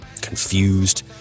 Confused